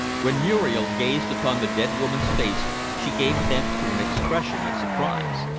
when muriel gazed upon the dead woman's face she gave vent to an expression of surprise.